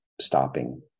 stopping